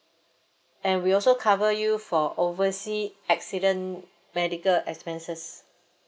and we also cover you for oversea accident medical expenses